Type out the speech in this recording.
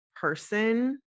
person